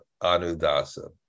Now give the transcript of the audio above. Anudasa